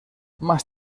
más